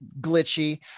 glitchy